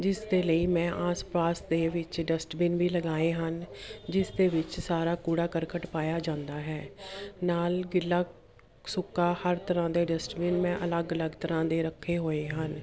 ਜਿਸ ਦੇ ਲਈ ਮੈਂ ਆਸ ਪਾਸ ਦੇ ਵਿੱਚ ਡਸਟਬਿਨ ਵੀ ਲਗਾਏ ਹਨ ਜਿਸ ਦੇ ਵਿੱਚ ਸਾਰਾ ਕੂੜਾ ਕਰਕਟ ਪਾਇਆ ਜਾਂਦਾ ਹੈ ਨਾਲ ਗਿੱਲਾ ਸੁੱਕਾ ਹਰ ਤਰ੍ਹਾਂ ਦੇ ਡਿਸਟਬਿਨ ਮੈਂ ਅਲੱਗ ਅਲੱਗ ਤਰ੍ਹਾਂ ਦੇ ਰੱਖੇ ਹੋਏ ਹਨ